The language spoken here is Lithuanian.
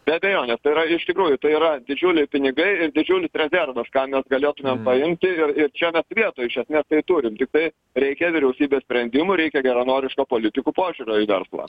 be abejonės tai yra iš tikrųjų tai yra didžiuliai pinigai ir didžiulis rezervas ką mes galėtumėm paimti ir čia mes vietoj iš esmės tai turim tiktai reikia vyriausybės sprendimų reikia geranoriško politikų požiūrio į verslą